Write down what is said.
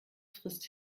frisst